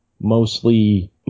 mostly